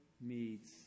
meets